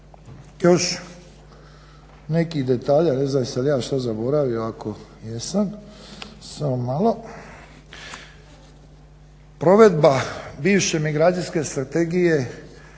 još nekih detalja ne znam jesam li ja još što zaboravio, jesam, samo malo. Provedba bivše migracijske strategije